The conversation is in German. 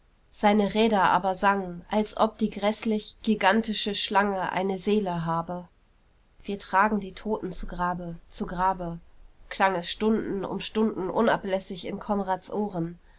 seine räder aber sangen als ob die gräßlich gigantische schlange eine seele habe wir tragen die toten zu grabe zu grabe klang es stunden um stunden unablässig in konrads ohren